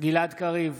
גלעד קריב,